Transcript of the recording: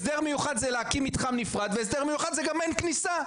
הסדר מיוחד זה להקים מתחם נפרד והסדר מיוחד זה גם אין כניסה.